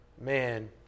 man